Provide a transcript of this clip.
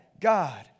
God